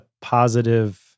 Positive